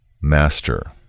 Master